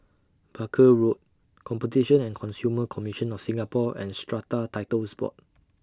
Barker Road Competition and Consumer Commission of Singapore and Strata Titles Board